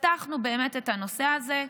פתחנו את הנושא הזה.